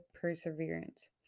perseverance